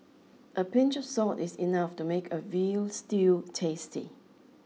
a pinch of salt is enough to make a veal stew tasty